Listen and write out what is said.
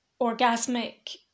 orgasmic